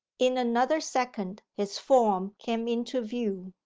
in another second his form came into view.